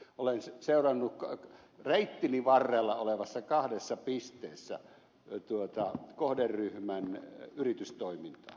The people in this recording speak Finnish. olen seurannut reittini varrella olevassa kahdessa pisteessä kohderyhmän yritystoimintaa